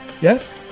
Yes